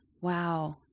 wow